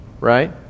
right